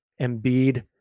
Embiid